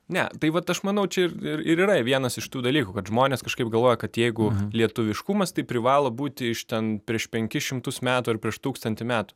ne tai vat aš manau čia ir ir yra vienas iš tų dalykų kad žmonės kažkaip galvoja kad jeigu lietuviškumas tai privalo būti iš ten prieš penkis šimtus metų ar prieš tūkstantį metų